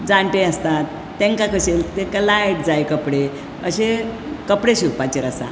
जाणटे आसता तेंका कशे तेंका लायट जाय कपडे अशे कपडे शिंवपाचेर आसा